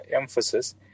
emphasis